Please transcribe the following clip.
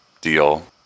deal